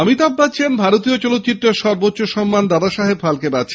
অমিতাভ বচ্চন ভারতীয় চলচ্চিত্রের সর্বোচ্চ সম্মান দাদা সাহেব ফালকে পাচ্ছেন